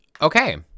okay